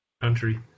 country